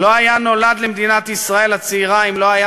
לא היה נולד למדינת ישראל הצעירה אם לא היה